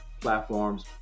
platforms